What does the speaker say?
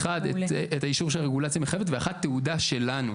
אחת את אישור שהרגולציה מחייבת ואחת תעודה שלנו.